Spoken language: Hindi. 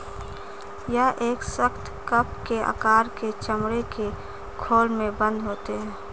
यह एक सख्त, कप के आकार के चमड़े के खोल में बन्द होते हैं